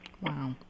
Wow